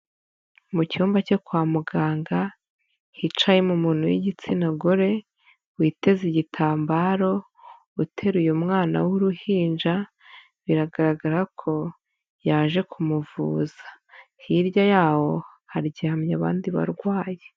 Mu cyumba cyo kwa muganga hicayemo umuntu w'igitsina gore witeze igitambaro uteruye mwana w'uruhinja biragaragara ko yaje kumuvuza, hirya yaho haryamye abandi barwayi.